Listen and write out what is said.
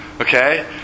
Okay